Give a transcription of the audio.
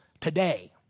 today